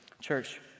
Church